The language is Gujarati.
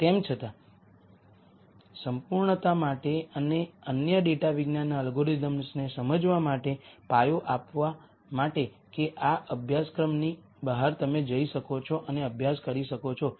તેમ છતાં સંપૂર્ણતા માટે અને અન્ય ડેટાવિજ્ઞાનના એલ્ગોરિધમ્સને સમજવા માટે પાયો આપવા માટે કે આ અભ્યાસક્રમની બહાર તમે જઇ શકો છો અને અભ્યાસ કરી શકો છો